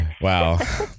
wow